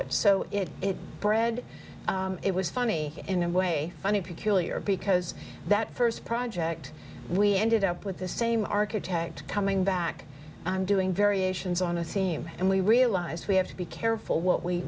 it so it bred it was funny in a way funny peculiar because that first project we ended up with the same architect coming back i'm doing variations on a theme and we realized we have to be careful what we